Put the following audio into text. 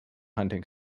hunting